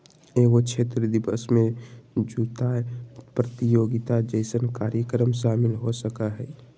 एगो क्षेत्र दिवस में जुताय प्रतियोगिता जैसन कार्यक्रम शामिल हो सकय हइ